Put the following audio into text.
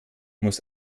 muss